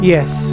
Yes